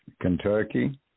Kentucky